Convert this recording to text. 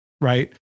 right